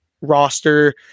roster